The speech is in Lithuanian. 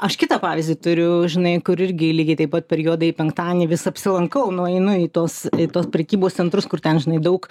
aš kitą pavyzdį turiu žinai kur irgi lygiai taip pat per juodąjį penktadienį vis apsilankau nueinu į tuos tuos prekybos centrus kur ten žinai daug